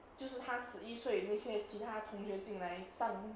就是他十一岁那些其他同学进来上